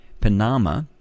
Panama